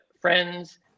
friends